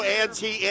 anti